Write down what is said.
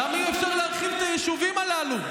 למה אי-אפשר להרחיב את היישובים הללו?